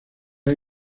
que